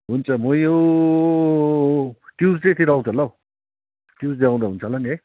हुन्छ म यो ट्युसडेतिर आउँछु होला हो ट्युसडे आउँदा हुन्छ होला नि है